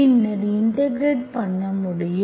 பின்னர் இன்டெகிரெட் பண்ண முடியும்